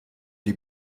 die